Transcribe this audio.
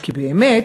כי באמת,